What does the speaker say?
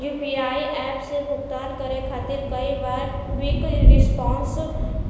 UPI app से भुगतान करे खातिर कई बार क्विक रिस्पांस